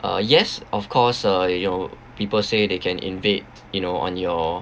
uh yes of course uh your people say they can invade you know on your